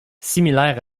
similaire